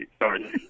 Sorry